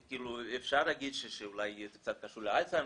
אפשר להגיד שזה אולי קצת קשור לאלצהיימר,